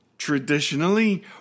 Traditionally